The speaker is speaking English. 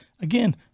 again